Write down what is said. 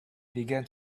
began